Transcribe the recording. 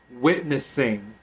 witnessing